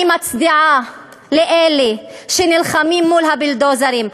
אני מצדיעה לאלה שנלחמים מול הבולדוזרים.